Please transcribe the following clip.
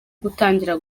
gutangira